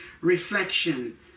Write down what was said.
Reflection